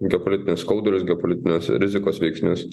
geopolitinius skaudulius geopolitinės rizikos veiksnius